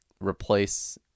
replace